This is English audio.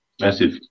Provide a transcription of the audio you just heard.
massive